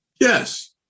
Yes